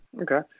Okay